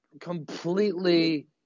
completely